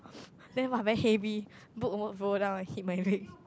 then [wah] very heavy the book almost roll down and hit my leg